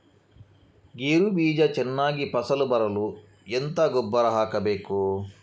ಗೇರು ಬೀಜ ಚೆನ್ನಾಗಿ ಫಸಲು ಬರಲು ಎಂತ ಗೊಬ್ಬರ ಹಾಕಬೇಕು?